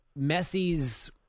Messi's